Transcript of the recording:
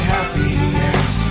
Happiness